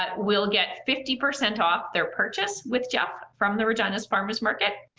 but will get fifty percent off their purchase with jeff from the regina farmers market,